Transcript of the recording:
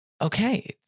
okay